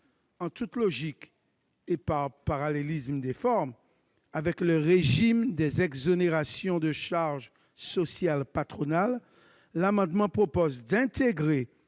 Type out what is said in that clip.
En toute logique, et par parallélisme des formes avec le régime des exonérations de charges sociales patronales, le présent amendement a pour objet d'intégrer